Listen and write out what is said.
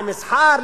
למסחר,